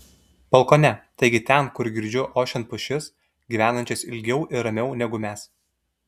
balkone taigi ten kur girdžiu ošiant pušis gyvenančias ilgiau ir ramiau negu mes